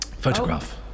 Photograph